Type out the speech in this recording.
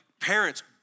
parents